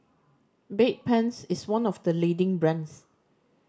Bedpans is one of the leading brands